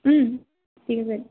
ঠিক আছে